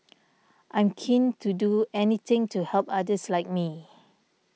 I'm keen to do anything to help others like me